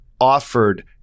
offered